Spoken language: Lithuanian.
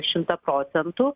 šimtą procentų